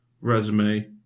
resume